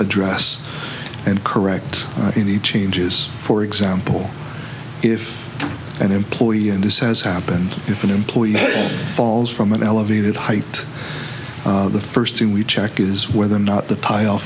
address and correct the changes for example if an employee and this has happened if an employee falls from an elevated height the first thing we check is whether or not the